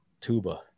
tuba